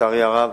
לצערי הרב.